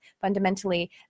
fundamentally